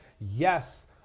Yes